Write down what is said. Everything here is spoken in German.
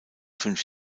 fünf